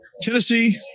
Tennessee